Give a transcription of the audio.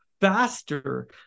faster